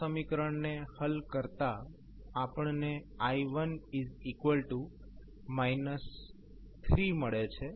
આ સમીકરણને હલ કરતા આપણને i1 3 મળે છે